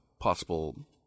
possible